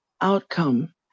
outcome